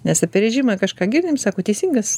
nes apie režimą kažką girdim sako teisingas